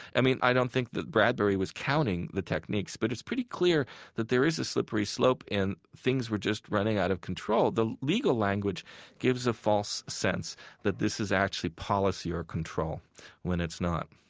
i mean, i don't think that bradbury was counting the techniques, but it's pretty clear that there is a slippery slope and things were just running out of control. the legal language gives a false sense that this is actually policy or control when it's not